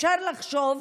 אפשר לחשוב,